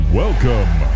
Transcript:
welcome